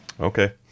okay